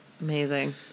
amazing